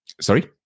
sorry